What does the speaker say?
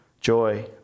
joy